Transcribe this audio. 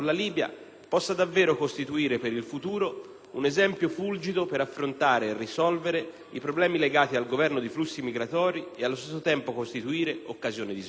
possa davvero costituire per il futuro un esempio fulgido per affrontare e risolvere i problemi legati al governo dei flussi migratori e allo stesso tempo costituire occasione di sviluppo.